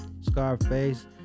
Scarface